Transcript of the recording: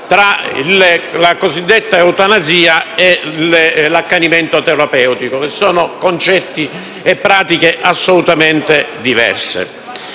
tra concetti diversi: l'eutanasia e l'accanimento terapeutico sono concetti e pratiche assolutamente diverse.